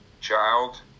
child